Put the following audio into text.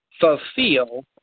fulfill